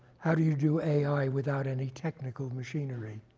how do you do ai without any technical machinery?